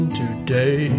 today